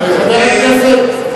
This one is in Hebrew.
כאלה, מה שאנחנו מציעים פה זה התחלה.